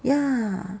ya